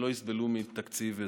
שלא יסבלו בתקציב.